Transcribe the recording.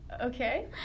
Okay